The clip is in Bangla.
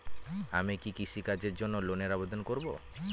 আমি কি কৃষিকাজের জন্য লোনের আবেদন করব?